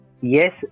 Yes